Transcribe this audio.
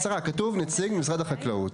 השרה, כתוב נציג משרד החקלאות.